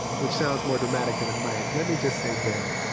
which sounds more dramatic than it might. let me just say dead.